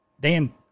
Dan